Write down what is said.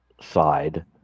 side